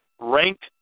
ranked